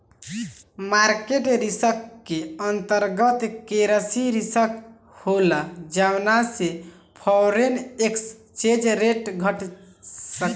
market risk के अंतर्गत, currency risk होला जौना से फॉरेन एक्सचेंज रेट घट सकता